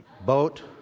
Boat